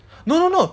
no no no